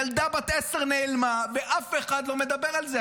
ילדה בת עשר נעלמה ואף אחד לא מדבר על זה.